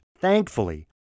thankfully